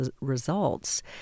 results